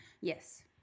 Yes